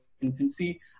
infancy